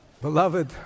Beloved